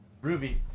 Ruby